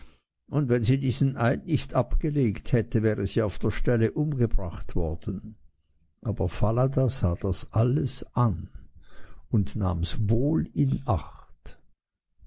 und wenn sie diesen eid nicht abgelegt hätte wäre sie auf der stelle umgebracht worden aber falada sah das alles an und nahms wohl in acht